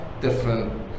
different